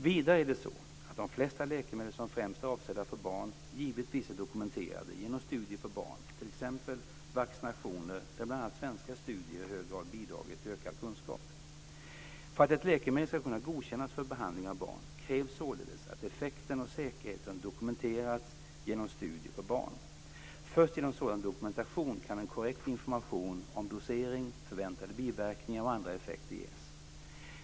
Vidare är det så att de flesta läkemedel som främst är avsedda för barn givetvis är dokumenterade genom studier på barn, t.ex. vacciner, där bl.a. svenska studier i hög grad bidragit till ökad kunskap. För att ett läkemedel ska kunna godkännas för behandling av barn krävs således att effekten och säkerheten dokumenteras genom studier på barn. Först genom sådan dokumentation kan en korrekt information om dosering, förväntade biverkningar och andra effekter ges.